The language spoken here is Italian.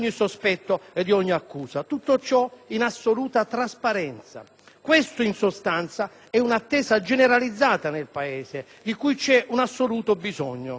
Questa, in sostanza, è un'attesa generalizzata nel Paese, di cui c'è un assoluto bisogno. Lei ha appena accennato al fatto che nemica della giustizia